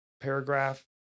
paragraph